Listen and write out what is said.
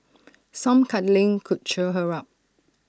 some cuddling could cheer her up